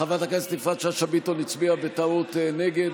חברת הכנסת יפעת שאשא ביטון הצביעה בטעות נגד,